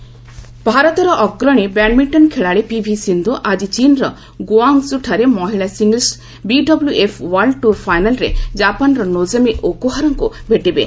badminton ଭାରତର ଅଗ୍ରଣୀ badminton ଖେଳାଳି ପିଭି ସିନ୍ଧୁ ଆଜି ଚୀନ୍ର ଗୁଆଙ୍ଗ୍କୁ ଠାରେ ମହିଳା singles BWF world tour ଫାଇନାଲ୍ରେ ଜାପାନ୍ର ନୋଜୋମି ଓକୁହାରାଙ୍କୁ ଭେଟିବେ